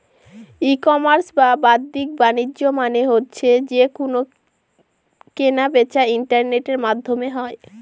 ই commerce বা বাদ্দিক বাণিজ্য মানে হচ্ছে যে কেনা বেচা ইন্টারনেটের মাধ্যমে হয়